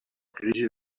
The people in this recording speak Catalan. crisi